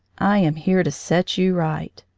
i am here to set you right.